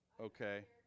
Okay